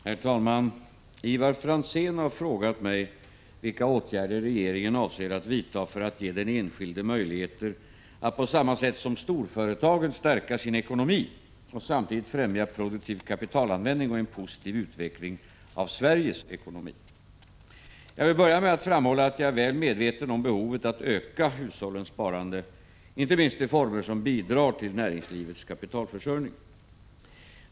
Herr talman! Ivar Franzén har frågat mig vilka åtgärder regeringen avser att vidta för att ge den enskilde möjligheter att på samma sätt som storföretagen stärka sin ekonomi och samtidigt främja produktiv kapitalanvändning och en positiv utveckling av Sveriges ekonomi. Jag vill börja med att framhålla att jag är väl medveten om behovet att öka hushållens sparande, inte minst i former som bidrar till näringslivets kapitalförsörjning.